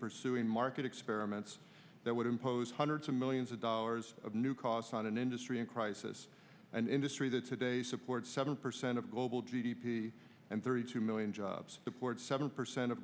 pursuing market experiments that would impose hundreds of millions of dollars of new costs on an industry in crisis an industry that today supports seven percent of global g d p and thirty two million jobs the board seven percent of